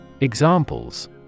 Examples